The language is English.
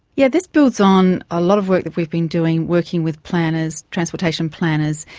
yeah this builds on a lot of work that we've been doing working with planners, transportation planners,